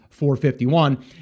451